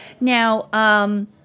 Now